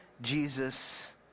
Jesus